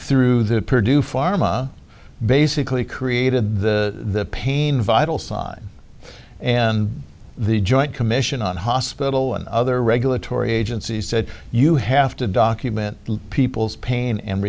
through the purdue pharma basically created the pain vital side and the joint commission on hospital and other regulatory agency said you have to document people's pain and